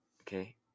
okay